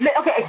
okay